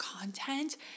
content